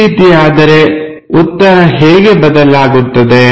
ಈ ರೀತಿ ಆದರೆ ಉತ್ತರ ಹೇಗೆ ಬದಲಾಗುತ್ತದೆ